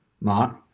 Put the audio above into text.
mark